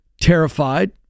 terrified